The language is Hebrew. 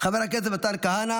חברת הכנסת טלי גוטליב,